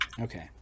Okay